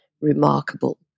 remarkable